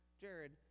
Jared